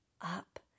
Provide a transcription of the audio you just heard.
up